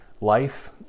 Life